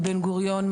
מבן גוריון,